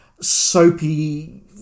soapy